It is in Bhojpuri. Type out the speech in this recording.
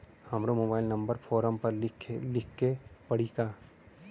हमरो मोबाइल नंबर फ़ोरम पर लिखे के पड़ी का?